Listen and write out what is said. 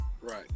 Right